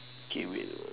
K wait